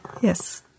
yes